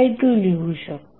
i2 लिहू शकतो